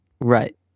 Right